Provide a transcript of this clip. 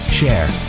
share